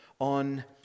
on